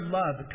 love